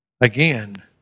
again